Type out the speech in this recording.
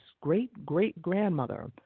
great-great-grandmother